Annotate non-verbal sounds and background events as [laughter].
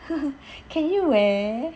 [laughs] can you wear